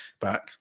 back